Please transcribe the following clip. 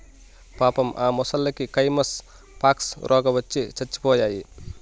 పాపం ఆ మొసల్లకి కైమస్ పాక్స్ రోగవచ్చి సచ్చిపోయాయి